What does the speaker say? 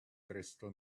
crystal